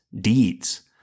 deeds